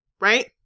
right